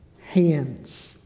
hands